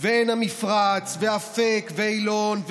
ועין המפרץ ואפק ואילון,